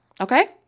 Okay